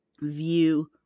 view